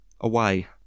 Away